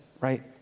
right